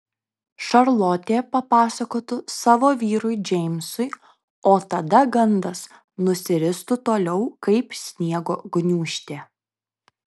šarlotė papasakotų savo vyrui džeimsui o tada gandas nusiristų toliau kaip sniego gniūžtė